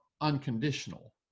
unconditional